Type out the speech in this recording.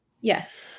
Yes